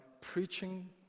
preaching